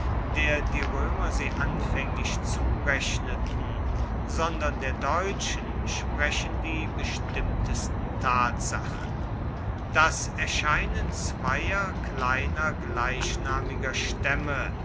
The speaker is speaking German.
der die römer sie anfänglich zurechneten sondern der deutschen sprechen die bestimmtesten tatsachen das erscheinen zweier kleiner gleichnamiger stämme